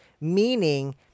meaning